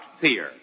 fear